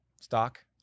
stock